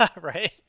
Right